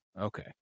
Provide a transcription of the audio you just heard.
okay